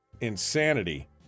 insanity